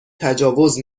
تجاوز